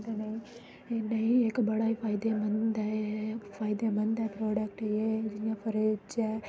नेईं इक बड़ा ही फायदेमंद ऐ फायदेमंद एह् प्रोडक्ट जियां फ्रिज़ ऐ